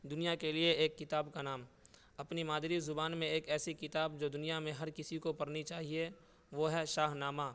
دنیا کے لیے ایک کتاب کا نام اپنی مادری زبان میں ایک ایسی کتاب جو دنیا میں ہر کسی کو پڑھنی چاہیے وہ ہے شاہ نامہ